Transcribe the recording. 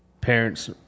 parents